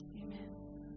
amen